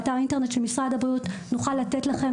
באתר האינטרנט של משרד הבריאות נוכל לתת לכם,